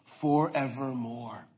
forevermore